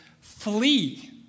flee